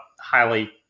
highly